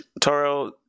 Toro